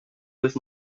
with